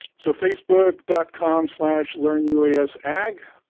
so facebook dot com slash learn us ag